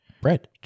bread